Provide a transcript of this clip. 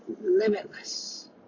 limitless